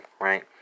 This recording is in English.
right